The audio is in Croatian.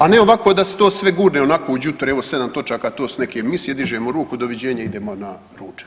A ne ovako da se to sve gurne onako u đuture, evo 7 točaka, to su neke misije, dižemo ruku, doviđenja idemo na ručak.